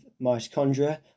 mitochondria